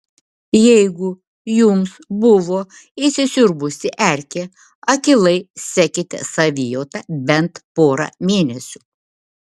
jeigu jums buvo įsisiurbusi erkė akylai sekite savijautą bent porą mėnesių